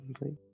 right